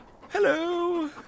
Hello